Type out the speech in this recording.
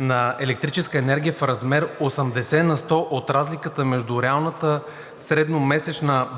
на електрическа енергия в размер 80 на сто от разликата между реалната средномесечна борсова